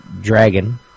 Dragon